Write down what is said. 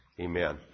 Amen